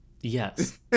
Yes